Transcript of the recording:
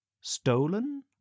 Stolen